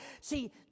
See